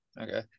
Okay